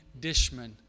Dishman